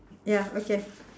ya okay